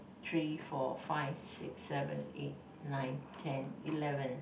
three four five six seven eight nine ten eleven